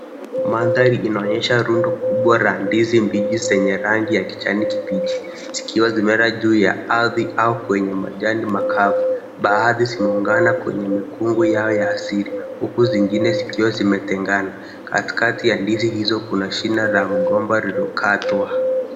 Mandhari inaonyesha rundo kubwa la ndizi mbichi zenye rangi ya kijani kibichi zikiwa zimeenda juu ya ardhi au kwenye majani makavu. Baadhi zimeungana kwenye mikungu yao ya asili huku zingine zikiwa zimetengana. Katikati ya ndizi hizo kuna shina la mgomba lililokatwa.